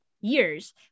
years